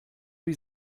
wie